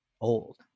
old